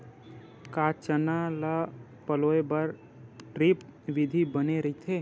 का चना ल पलोय बर ड्रिप विधी बने रही?